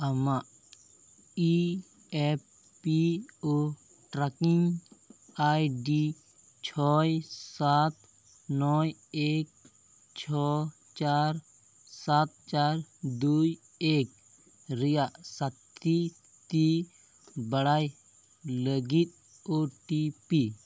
ᱟᱢᱟᱜ E F P O tracking ID ᱪᱷᱚᱭ ᱥᱟᱛ ᱱᱚᱭ ᱮᱠ ᱪᱷᱚ ᱪᱟᱨ ᱥᱟᱛ ᱪᱟᱨ ᱫᱩᱭ ᱮᱠ ᱨᱮᱭᱟᱜ ᱥᱟᱛᱤ ᱛᱤ ᱵᱟᱲᱟᱭ ᱞᱟᱹᱜᱤᱫ ᱳ ᱴᱤ ᱯᱤ